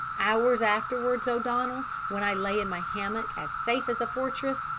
hours afterwards, o'donnell, when i lay in my hammock as safe as a fortress,